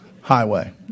Highway